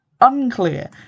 unclear